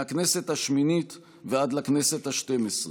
מהכנסת השמינית ועד לכנסת השתים-עשרה.